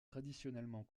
traditionnellement